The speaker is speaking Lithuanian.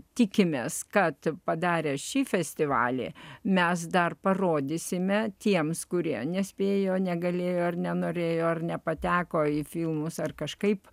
tikimės kad padarę šį festivalį mes dar parodysime tiems kurie nespėjo negalėjo ar nenorėjo ar nepateko į filmus ar kažkaip